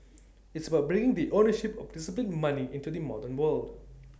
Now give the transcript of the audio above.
it's about bringing the ownership of disciplined money into the modern world